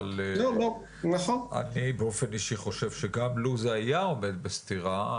אבל אני באופן אישי חושב שגם לו זה היה עומד בסתירה,